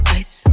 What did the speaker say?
ice